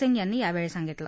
सिंग यांनी यावेळी सांगितलं